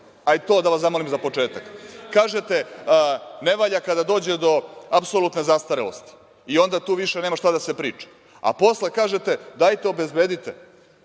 to da vas zamolim za početak. Kažete – ne valja kada dođe do apsolutne zastarelosti i onda tu više nema šta da se priča, a posle kažete – dajte obezbedite